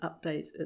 update